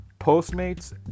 Postmates